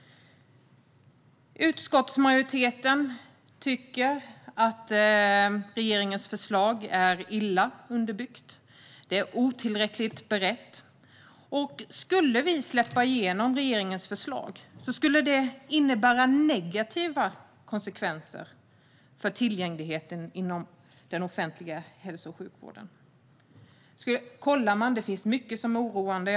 Utskottsmajoriteten tycker att regeringens förslag är illa underbyggt och otillräckligt berett. Skulle vi släppa igenom regeringens förslag skulle det innebära negativa konsekvenser för tillgängligheten inom den offentliga hälso och sjukvården. Det finns mycket som är oroande.